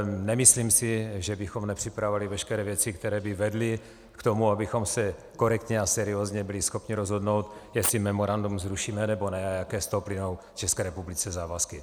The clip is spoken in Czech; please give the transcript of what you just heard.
Nemyslím si, že bychom nepřipravili veškeré věci, které by vedly k tomu, abychom se korektně a seriózně byli schopni rozhodnout, jestli memorandum zrušíme, nebo ne a jaké z toho plynou České republice závazky.